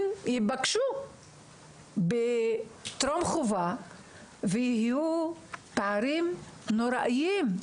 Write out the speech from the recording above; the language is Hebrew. ייפגשו בטרום חובה ויהיו פערים נוראיים,